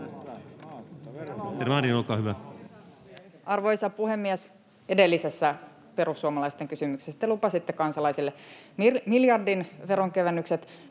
Arvoisa puhemies! Edellisessä perussuomalaisten kysymyksessä te lupasitte kansalaisille miljardin veronkevennykset